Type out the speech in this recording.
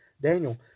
Daniel